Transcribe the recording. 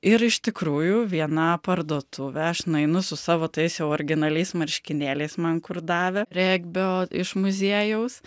ir iš tikrųjų viena parduotuvė aš nueinu su savo tais jau originaliais marškinėliais man kur davė regbio iš muziejaus